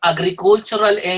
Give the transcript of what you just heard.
Agricultural